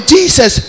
Jesus